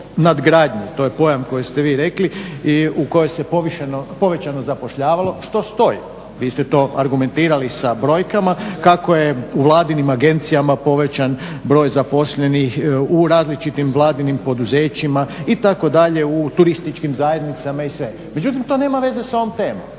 to je pojam koji ste vi rekli i u kojem se povećano zapošljavalo što stoji. Vi ste to argumentirali sa brojkama, kako je u Vladinim agencijama povećan broj zaposlenih u različitim Vladinim poduzećima itd., u turističkim zajednicama i sve. Međutim, to nema veze sa ovom temom.